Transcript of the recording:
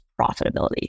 profitability